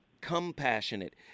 Compassionate